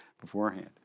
beforehand